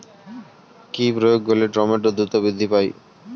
কি প্রয়োগ করলে টমেটো দ্রুত বৃদ্ধি পায়?